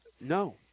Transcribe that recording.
No